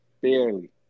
Barely